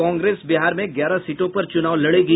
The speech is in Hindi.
कांग्रेस बिहार में ग्यारह सीटों पर चुनाव लड़ेगी